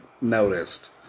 noticed